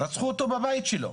רצחו אותו בביתו.